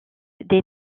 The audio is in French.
des